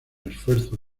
esfuerzo